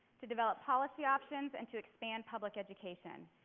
to develop policy options and to expand public education.